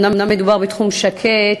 אומנם מדובר בתחום שקט,